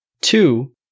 Two